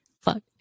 fuck